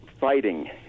fighting